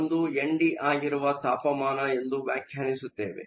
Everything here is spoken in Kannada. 1 Nd ಆಗಿರುವ ತಾಪಮಾನ ಎಂದು ವ್ಯಾಖ್ಯಾನಿಸುತ್ತೇವೆ